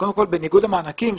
בניגוד למענקים,